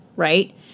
right